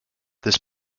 this